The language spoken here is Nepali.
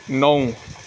नौ